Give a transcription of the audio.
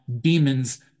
demons